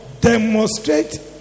demonstrate